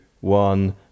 one